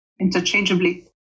interchangeably